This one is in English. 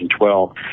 2012